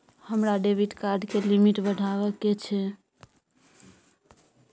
हमरा debit card के limit बढावा के छै